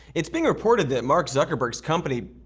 it's being reported that mark zuckerberg's company,